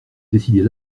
décider